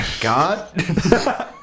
God